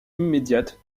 immédiate